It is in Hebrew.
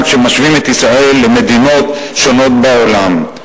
כשמשווים את ישראל למדינות שונות בעולם?